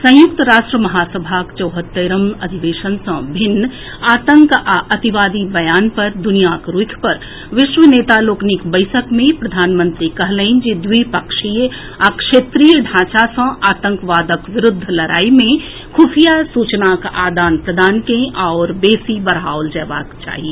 संयुक्त राष्ट्र महासभाक चौहत्तरिम अधिवेशन सॅ भिन्न आतंक आ अतिवादी बयान पर दुनियाक रूखि पर विश्व नेता लोकनिक बैसक मे प्रधानमंत्री कहलनि जे द्विपक्षीय आ क्षेत्रीय ढांचा सॅ आतंकवादक विरूद्व लड़ाई मे खुफिया सूचनाक आदान प्रदान के आओर बेसी बढ़ाओल जएबाक चाही